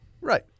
Right